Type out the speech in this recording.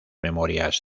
memorias